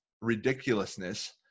ridiculousness